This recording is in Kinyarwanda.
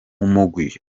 umugwi